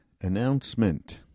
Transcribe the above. announcement